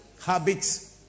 Habits